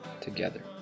together